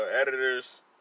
editors